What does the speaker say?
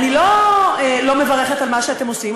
אני לא לא מברכת על מה שאתם עושים,